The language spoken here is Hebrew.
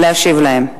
להשיב להם.